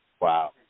Wow